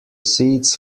seeds